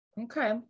okay